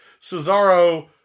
Cesaro